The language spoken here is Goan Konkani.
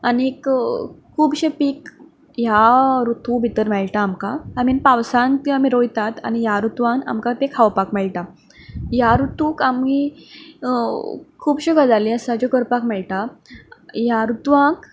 आनी खुबशें पीक ह्या रूतून भितर मेळटा आमकां आय मीन पावसांत तीं आमी रोयतात आनी ह्या रूतूवान आमकां तें खावपाक मेळटा ह्या रुतूंत आमी खुबश्यो गजाली आसा ज्यो करपाक मेळटा ह्या रुतूवांत